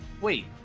wait